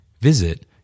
Visit